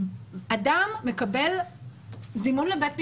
מקבל זימון לבית משפט,